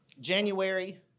January